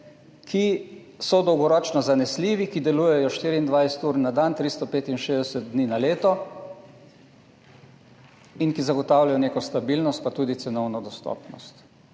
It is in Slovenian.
ki so dolgoročno zanesljivi, ki delujejo 24 ur na dan, 365 dni na leto in ki zagotavljajo neko stabilnost pa tudi cenovno dostopnost.